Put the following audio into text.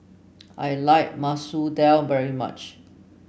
I like Masoor Dal very much